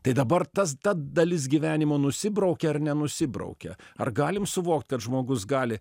tai dabar tas ta dalis gyvenimo nusibraukia ar nenusibraukia ar galim suvokt kad žmogus gali